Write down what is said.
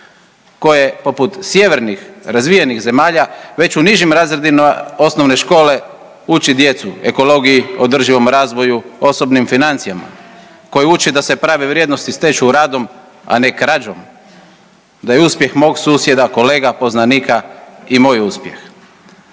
koje poput sjevernih razvijenih zemalja već u nižim razredima osnovne škole uči djecu ekologiji, održivom razvoju, osobnim financijama, koje uči da se prave vrijednosti stječu radom, a ne krađom, da je uspjeh mog susjeda, kolega, poznanika i moj uspjeh.